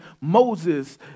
Moses